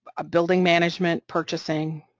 ah building management, purchasing,